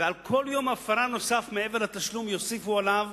ועל כל יום הפרה נוסף מעבר לתשלום יוסיפו עליו